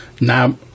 Now